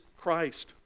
Christ